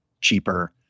cheaper